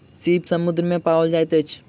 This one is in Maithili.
सीप समुद्र में पाओल जाइत अछि